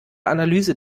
analyse